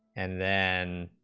and then